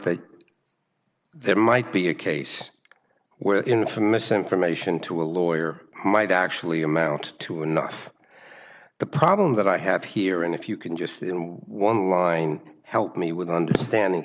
that there might be a case where the infamous information to a lawyer might actually amount to enough the problem that i have here and if you can just in one line help me with understanding